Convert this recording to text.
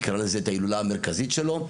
תקרא לזה את ההילולא המרכזית שלו,